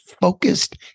focused